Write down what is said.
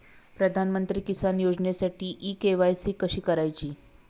प्रधानमंत्री किसान योजनेसाठी इ के.वाय.सी कशी करायची?